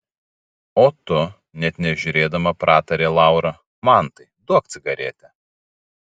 o tu net nežiūrėdama pratarė laura mantai duok cigaretę